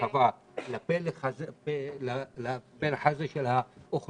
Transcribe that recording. ורחבה לפלח הזה של אוכלוסיית